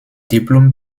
diplôme